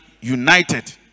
united